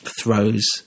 throws